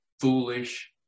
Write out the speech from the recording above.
foolish